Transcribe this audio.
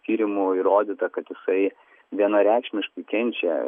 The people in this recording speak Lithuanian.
tyrimų įrodyta kad jisai vienareikšmiškai kenčia